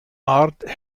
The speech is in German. art